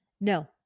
No